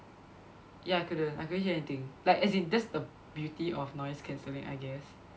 ya I couldn't I couldn't hear anything like as in that's the beauty of noise cancelling I guess